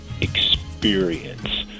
experience